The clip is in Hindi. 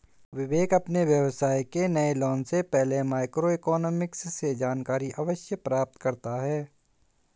विवेक अपने व्यवसाय के नए लॉन्च से पहले माइक्रो इकोनॉमिक्स से जानकारी अवश्य प्राप्त करता है